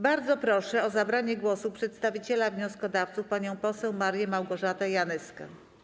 Bardzo proszę o zabranie głosu przedstawiciela wnioskodawców panią poseł Marię Małgorzatę Janyską.